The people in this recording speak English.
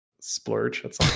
splurge